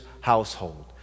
household